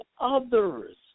others